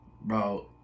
Bro